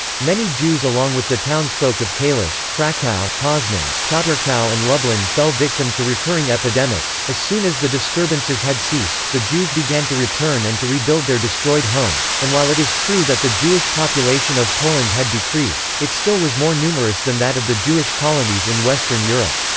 many jews along with the townsfolk of kalisz, krakow, poznan, piotrkow and lublin fell victim to recurring epidemics as soon as the disturbances had ceased, the jews began to return and to rebuild their destroyed homes and while it is true that the jewish population of poland had decreased, it still was more numerous than that of the jewish colonies in western europe.